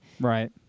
Right